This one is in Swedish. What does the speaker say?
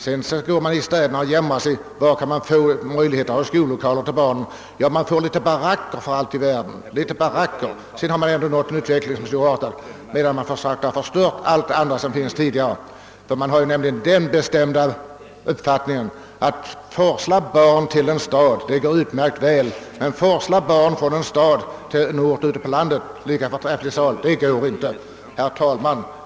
Sedan jämrar man sig i städerna över att man inte kan få skollokaler. Man får för allt i världen några baracker — dithän har man drivit utvecklingen sedan man förstört allt som tidigare funnits. Man hyser nämligen den bestämda åsikten att det går bra att forsla barn till en stad, men att forsla barn från en stad till en ort på landet går inte. Herr talman!